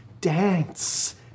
Dance